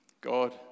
God